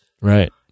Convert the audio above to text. Right